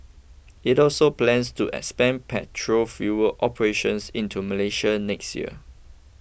it also plans to expand petrol fuel operations into Malaysia next year